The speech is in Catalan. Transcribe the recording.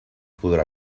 podrà